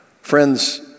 Friends